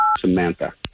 Samantha